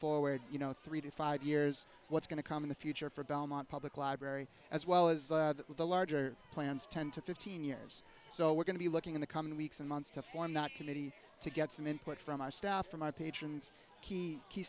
forward you know three to five years what's going to come in the future for belmont public library as well as the larger plans ten to fifteen years so we're going to be looking in the coming weeks and months to form not committee to get some input from our staff from our patrons key key